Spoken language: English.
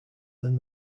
than